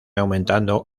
aumentando